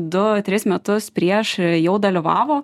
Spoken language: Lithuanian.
du tris metus prieš jau dalyvavo